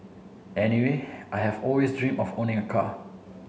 anyway I have always dream of owning a car